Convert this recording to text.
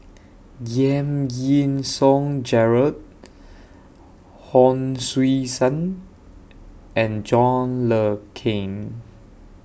Giam Yean Song Gerald Hon Sui Sen and John Le Cain